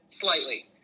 Slightly